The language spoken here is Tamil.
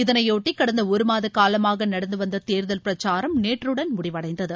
இதனைபொட்டி கடந்த ஒருமாத காலமாக நடந்து வந்த தேர்தல் பிரச்சாரம் நேற்றுடன் முடிவடைந்தது